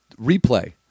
replay